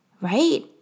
right